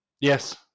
Yes